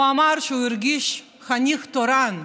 הוא אמר שהוא הרגיש חניך תורן,